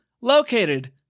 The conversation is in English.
located